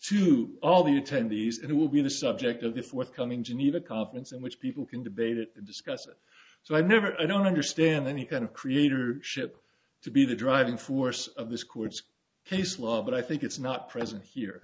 to all the attendees and it will be the subject of this what's coming geneva conference in which people can debate it discuss it so i never i don't understand any kind of creator ship to be the driving force of this course case law but i think it's not present here